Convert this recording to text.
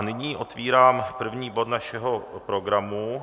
Nyní otvírám první bod našeho programu.